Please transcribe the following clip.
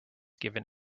given